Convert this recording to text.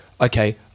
Okay